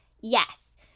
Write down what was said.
yes